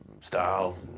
style